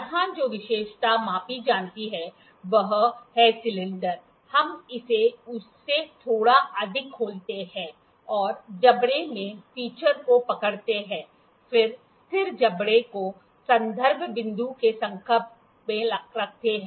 यहाँ जो विशेषता मापी जानी है वह है सिलिंडर हम इसे उससे थोड़ा अधिक खोलते हैं और जबड़े में फीचर को पकड़ते हैं फिर स्थिर जबड़े को संदर्भ बिंदु के संपर्क में रखते हैं